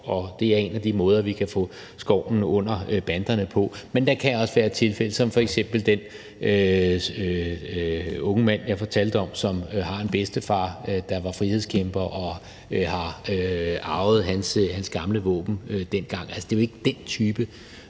og det er en af de måder, vi kan få skovlen under banderne på. Men der kan også være tilfælde som f.eks. den unge mand, jeg fortalte om, som har en bedstefar, der var frihedskæmper, og han har dengang arvet hans gamle våben. Det er jo ikke den type